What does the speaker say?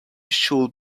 should